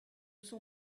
son